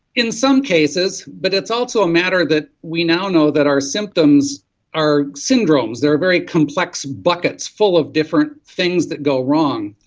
in some cases. but it's also a matter that we now know that our symptoms are syndromes, there are very complex buckets full of different things that go wrong,